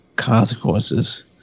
consequences